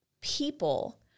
People